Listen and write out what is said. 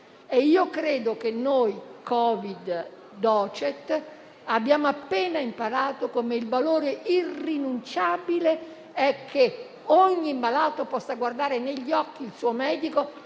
Credo che noi - Covid *docet* - abbiamo appena imparato che il valore irrinunciabile è che ogni malato possa guardare negli occhi il suo medico